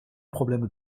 problème